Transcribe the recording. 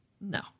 No